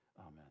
amen